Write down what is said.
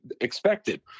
expected